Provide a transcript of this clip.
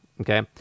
Okay